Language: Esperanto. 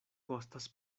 kostas